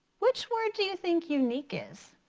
which word do you think unique is?